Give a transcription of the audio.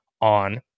on